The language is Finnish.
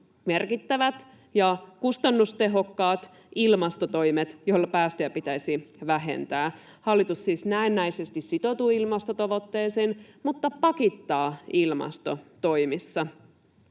merkittävät ja kustannustehokkaat ilmastotoimet, joilla päästöjä pitäisi vähentää. Hallitus siis näennäisesti sitoutuu ilmastotavoitteeseen, mutta pakittaa ilmastotoimissa.